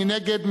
מי נגד?